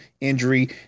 injury